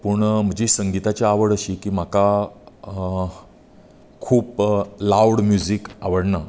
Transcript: पूण म्हजी संगीताची आवड अशीं की म्हाका खूब लावड म्युझीक आवडना